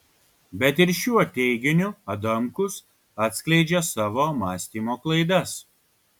bet ir šiuo teiginiu adamkus atskleidžia savo mąstymo klaidas